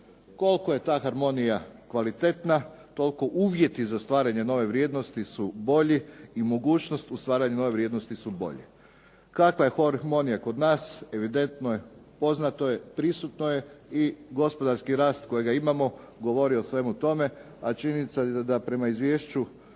Koliko je ta harmonija kvalitetna, toliko uvjeti za stvaranje nove vrijednosti su bolji i mogućnosti u stvaranju nove vrijednosti su bolje. Kakva je harmonija kod nas evidentno je, poznato je, prisutno je i gospodarski rast koji imamo govori o svemu tome, a činjenica je da prema izvješću